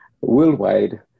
worldwide